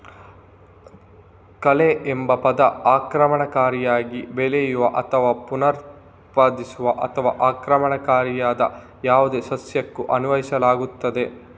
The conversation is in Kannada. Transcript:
ಕಳೆಎಂಬ ಪದ ಆಕ್ರಮಣಕಾರಿಯಾಗಿ ಬೆಳೆಯುವ ಅಥವಾ ಪುನರುತ್ಪಾದಿಸುವ ಅಥವಾ ಆಕ್ರಮಣಕಾರಿಯಾದ ಯಾವುದೇ ಸಸ್ಯಕ್ಕೂ ಅನ್ವಯಿಸಲಾಗುತ್ತದೆ